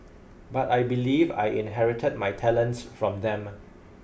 but I believe I inherited my talents from them